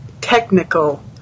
technical